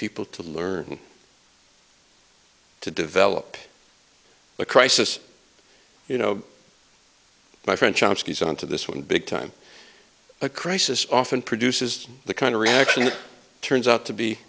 people to learn to develop a crisis you know my friend chomsky's on to this one big time a crisis often produces the kind of reaction it turns out to be